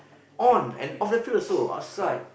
on and off the field also outside